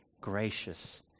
gracious